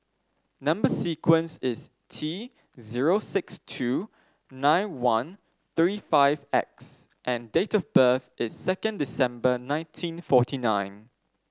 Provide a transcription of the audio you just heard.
number sequence is T zero six two nine one three five X and date of birth is second December nineteen forty nine